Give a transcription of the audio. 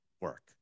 work